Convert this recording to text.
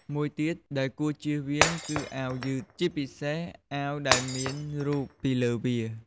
មួយទៀតដែលគួរជៀសវាង គឺអាវយឺត ជាពិសេសអាវដែលមានរូបពីលើវា។